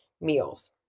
meals